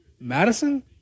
Madison